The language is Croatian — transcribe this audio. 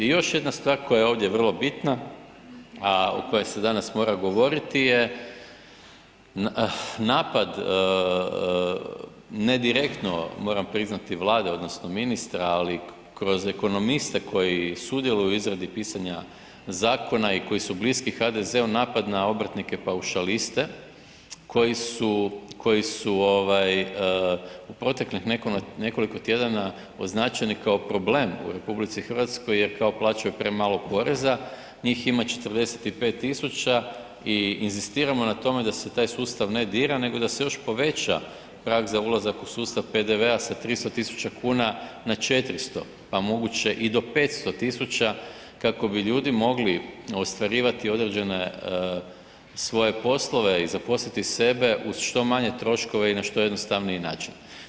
I još jedna stvar koja je ovdje vrlo bitna, a o kojoj se danas mora govoriti je napad, ne direktno moram priznati, Vlade odnosno ministra, ali kroz ekonomiste koji sudjeluju u izradi pisanja zakona i koji su bliski HDZ-u, napad na obrtnike paušaliste koji su, koji su ovaj u proteklih nekoliko tjedana označeni kao problem u RH jer kao plaćaju premalo poreza, njih ima 45 000 i inzistiramo na tome da se taj sustav ne dira, nego da se još poveća prag za ulazak u sustav PDV-a sa 300.000,00 kn na 400, pa moguće i do 500,000,00 kn kako bi ljudi mogli ostvarivati određene svoje poslove i zaposliti sebe uz što manje troškova i na što jednostavniji način.